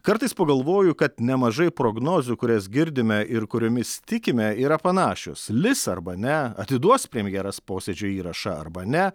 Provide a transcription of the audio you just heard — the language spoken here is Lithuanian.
kartais pagalvoju kad nemažai prognozių kurias girdime ir kuriomis tikime yra panašios lis arba ne atiduos premjeras posėdžio įrašą arba ne